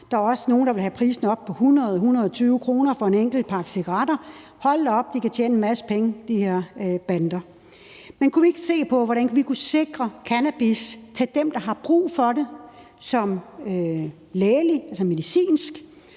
Der er også nogle, der vil have prisen op på 100-120 kr. for en enkelt pakke cigaretter. Hold da op, de her bander kan tjene en masse penge. Men kunne vi ikke se på, hvordan vi vil kunne sikre cannabis til dem, der har brug for det som lægemiddel, altså medicin?